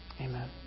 Amen